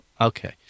Okay